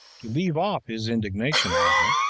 to leave off his indignation at him,